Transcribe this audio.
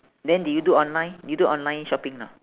then do you do online you do online shopping ah